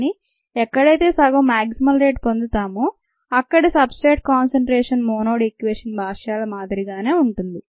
కానీ ఎక్కడైతే సగం మాగ్జిమల్ రేటు పొందుతామో అక్కడి substrate concentration Monod equation భాష్యాల మాదిరిగానే ఉంటుంది